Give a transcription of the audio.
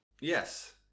Yes